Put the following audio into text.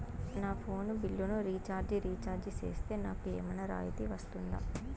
నా ఫోను బిల్లును recharge recharge సేస్తే, నాకు ఏమన్నా రాయితీ వస్తుందా?